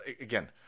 again